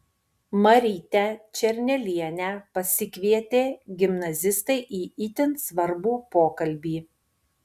marytę černelienę pasikvietė gimnazistai į itin svarbų pokalbį